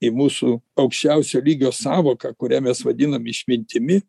į mūsų aukščiausio lygio sąvoką kurią mes vadinam išmintimi